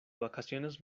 vacaciones